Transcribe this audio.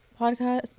podcast